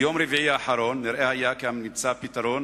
ביום רביעי האחרון נראה היה כי נמצא פתרון,